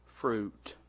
fruit